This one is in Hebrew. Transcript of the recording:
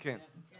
התשובה היא כן.